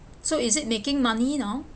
so is it making money now